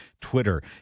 Twitter